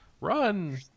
run